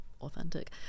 authentic